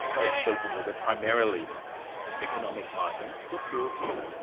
not exclusively but primarily economic migrants. what's your view?